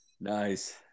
nice